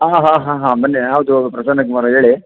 ಹಾಂ ಹಾಂ ಹಾಂ ಹಾಂ ಬಂದೆ ಹೌದು ಪ್ರಸನ್ನ ಕುಮಾರ ಹೇಳಿ